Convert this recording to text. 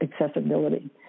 accessibility